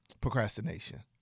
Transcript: procrastination